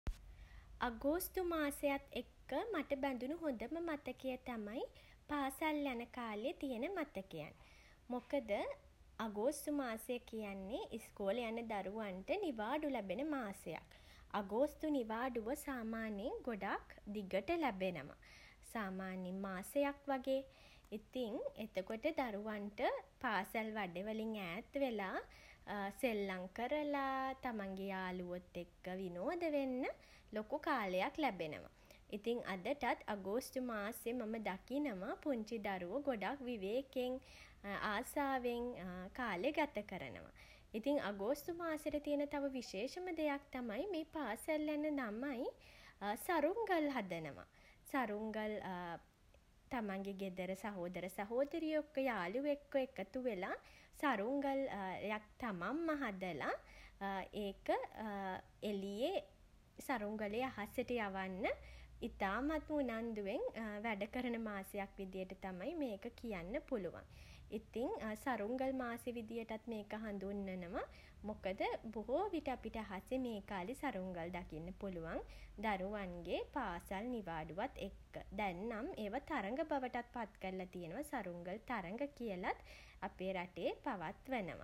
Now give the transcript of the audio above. අගෝස්තු මාසයත් එක්ක මට බැඳුණු හොඳම මතකය තමයි පාසල් යන කාලේ තියෙන මතකයන්. මොකද අගෝස්තු මාසය කියන්නේ ඉස්කෝලේ යන දරුවන්ට නිවාඩු ලැබෙන මාසයක්. අගෝස්තු නිවාඩුව සාමාන්‍යයෙන් ගොඩක් දිගට ලැබෙනවා සාමාන්‍යයෙන් මාසයක් වගේ. ඉතින් එතකොට දරුවන්ට පාසැල් වැඩ වලින් ඈත් වෙලා සෙල්ලම් කරලා තමන්ගේ යාළුවොත් එක්ක විනෝද වෙන්න ලොකු කාලයක් ලැබෙනවා. ඉතින් අදටත් අගෝස්තු මාසේ මම දකිනවා පුංචි දරුවෝ ගොඩක් විවේකෙන් ආසාවෙන් කාලෙ ගත කරනවා. ඉතින් අගෝස්තු මාසෙට තියෙන තව විශේෂම දෙයක් තමයි මේ පාසැල් යන ළමයි සරුංගල් හදනවා. සරුංගල් තමන්ගේ ගෙදර සහෝදර සහෝදරියෝ එක්ක යාළුවෝ එක්ක එකතු වෙලා සරුංගල් යක් තමන්ම හදලා ඒක එළියේ සරුංගලය අහසට යවන්න ඉතාමත් උනන්දුවෙන් වැඩ කරන මාසයක් විදිහට තමයි මේක කියන්න පුලුවන්. ඉතින් සරුංගල් මාස විදියටත් මේක හඳුන්වනවා. මොකද බොහෝ විට අපිට අහසේ මේ කාලෙ සරුංගල් දකින්න පුළුවන් දරුවන්ගේ පාසල් නිවාඩුවත් එක්ක. දැන් නම් ඒවා තරග බවටත් පත් කරලා තියෙනවා. සරුංගල් තරග කියලත් අපේ රටේ පවත්වනවා.